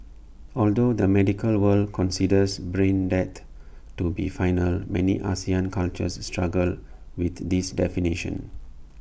although the medical world considers brain death to be final many Asian cultures struggle with this definition